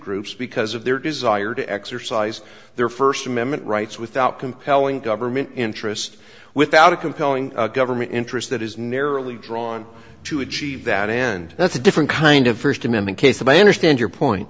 groups because of their desire to exercise their first amendment rights without compelling government interest without a compelling government interest that is narrowly drawn to achieve that end that's a different kind of first amendment case the manner stand your point